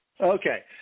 Okay